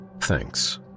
Thanks